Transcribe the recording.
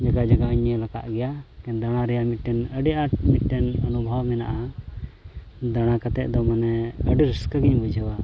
ᱡᱟᱭᱜᱟ ᱡᱟᱭᱜᱟ ᱦᱚᱧ ᱧᱮᱞ ᱟᱠᱟᱫ ᱜᱮᱭᱟ ᱫᱟᱬᱟ ᱨᱮᱭᱟᱜ ᱢᱤᱫᱴᱟᱝ ᱟᱹᱰᱤ ᱟᱴ ᱢᱤᱫᱴᱟᱝ ᱚᱱᱩᱵᱷᱚᱵᱽ ᱢᱮᱱᱟᱜᱼᱟ ᱫᱟᱬᱟ ᱠᱟᱛᱮᱫ ᱫᱚ ᱢᱟᱱᱮ ᱟᱹᱰᱤ ᱨᱟᱹᱥᱠᱟᱹᱜᱮᱧ ᱵᱩᱡᱷᱟᱹᱣᱟ